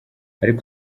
ariko